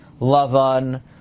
Lavan